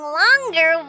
longer